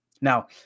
Now